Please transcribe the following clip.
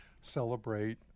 celebrate